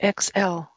XL